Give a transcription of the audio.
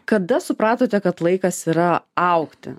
kada supratote kad laikas yra augti